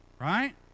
right